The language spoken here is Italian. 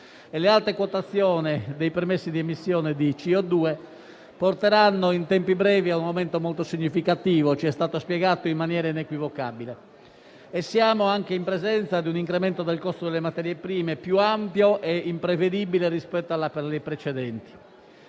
le alte quotazioni dei permessi di emissione di CO2 porteranno in tempi brevi a un aumento molto significativo, come ci è stato spiegato in maniera inequivocabile. Siamo anche in presenza di un incremento del costo delle materie prime più ampio ed imprevedibile rispetto ai precedenti.